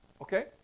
Okay